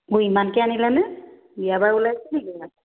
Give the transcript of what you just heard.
ইমানকে আনিলা নে বিয়াবাৰু ওলাইছে নেকি